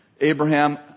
Abraham